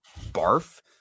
barf